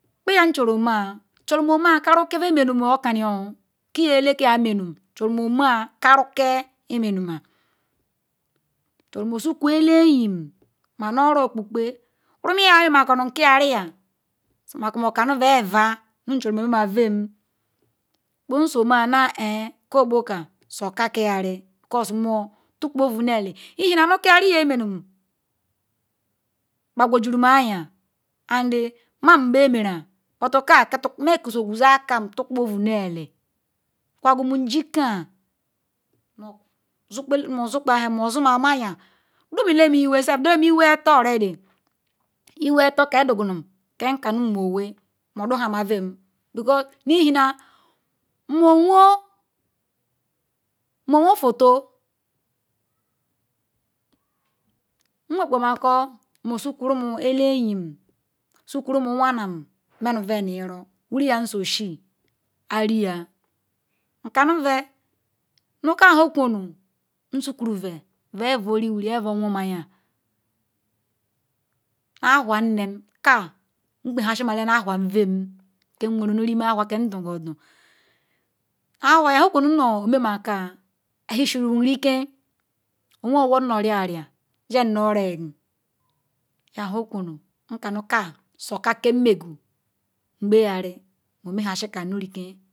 Kpeya nchoruomea. nchoru omea karu kpo ve menunu okanioo. kia elekam menunu. nchoru omea karu ke emenuma. nchoru osuku ele-enyim manu-oro okpokpe rumuyayam memakonu kia ruyam simako akanuvr vevah nu nchoruma omema vem kposu-ome-now-hnmm-koqbuka suka kiayari because nmutukpo-ovu ne-eli ihena nu kiayariyam emenu qba-qwejurum anya ana nmam nqbe emera buto ka-mekeyeoguzo-akam tukpo ovu-ne-eli n wagwu njicea nu nmuosukpa nhe nmasu ma-mayia ndumenem iweself. ndule iwe-eto already. iwe-eto kedugumum kenka nu mowe maodokama vem because ihena nmeowon umo-owophoto nwonkpamko nmo-suku rumu-ele-enyim suku rumuwanam manuve niyiru. iriyam nso oshe ariya. nkanu ve nu kamhukunu nsokuru ve be bia oriuiuri be bia owon-mayia ahua nnim ka nkpehasimana ahua vem kenweru rima ahuakam ndugwuodu ohuayam nhe kunru nnememakaa ewhi surum oken owe-owonearara nsham nu oroiqwu yahukunu kanu ka suka kemegu nqbeyari nmehasika nu ruike